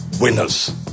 winners